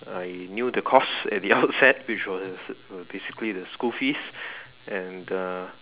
I knew the cost and the upset which was basically the school fees and uh